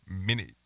minute